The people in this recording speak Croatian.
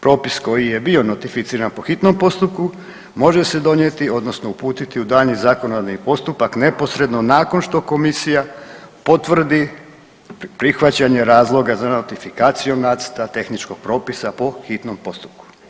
Propis koji je bio notificiran po hitnom postupku može se donijeti odnosno uputiti u daljnji zakonodavni postupak neposredno nakon što komisija potvrdi prihvaćanje razloga za notifikaciju nacrta tehničkog propisa po hitnom postupku.